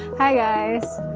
hi guys!